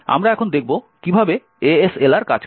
আমরা এখন দেখব কিভাবে ASLR কাজ করে